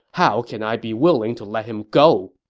how can i be willing to let him go?